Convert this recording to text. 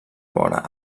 vora